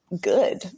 good